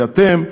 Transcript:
כי אתם,